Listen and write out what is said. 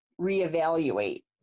reevaluate